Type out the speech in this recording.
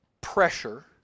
pressure